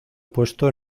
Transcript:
puesto